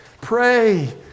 Pray